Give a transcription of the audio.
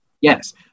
Yes